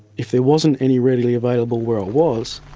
if there wasn't any readily available where i was,